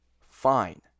fine